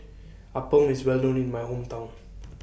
Appam IS Well known in My Hometown